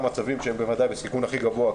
מצבים שבהם בוודאי בסיכון הכי גבוה,